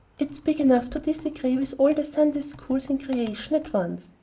it's big enough to disagree with all the sunday-schools in creation at once,